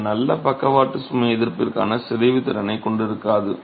இது நல்ல பக்கவாட்டு சுமை எதிர்ப்பிற்கான சிதைவு திறனைக் கொண்டிருக்காது